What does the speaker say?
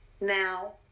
now